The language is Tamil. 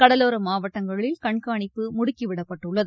கடலோர மாவட்டங்களில் கண்காணிப்பு முடுக்கி விடப்பட்டுள்ளது